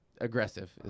aggressive